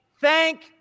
thank